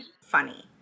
Funny